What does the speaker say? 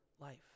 life